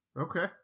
okay